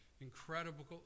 incredible